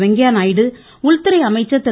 வெங்கய்ய நாயுடு உள்துறை அமைச்சர் திரு